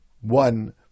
One